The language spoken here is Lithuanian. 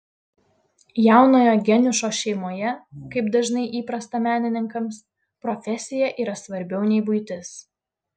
jaunojo geniušo šeimoje kaip dažnai įprasta menininkams profesija yra svarbiau nei buitis